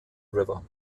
river